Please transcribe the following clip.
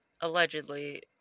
allegedly